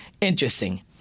interesting